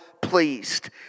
pleased